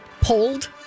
Pulled